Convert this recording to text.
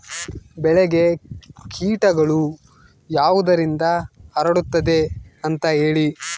ಬೆಳೆಗೆ ಕೇಟಗಳು ಯಾವುದರಿಂದ ಹರಡುತ್ತದೆ ಅಂತಾ ಹೇಳಿ?